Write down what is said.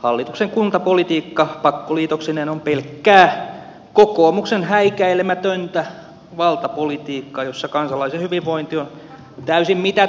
hallituksen kuntapolitiikka pakkoliitoksineen on pelkkää kokoomuksen häikäilemätöntä valtapolitiikkaa jossa kansalaisen hyvinvointi on täysin mitätön sivuseikka